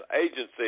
agency